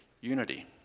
unity